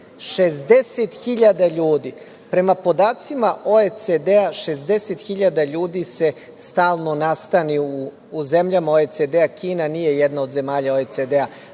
60.000 ljudi prema podacima OECD, 60.000 ljudi se stalno nastani u zemljama OECD-a. Kina nije jedan od zemalja OECD-a. Ako